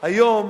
היום